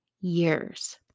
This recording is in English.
years